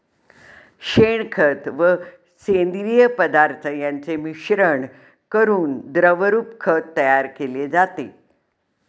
शेणखत व सेंद्रिय पदार्थ यांचे मिश्रण करून द्रवरूप खत तयार केले जाते